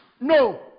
No